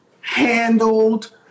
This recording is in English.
handled